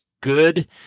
good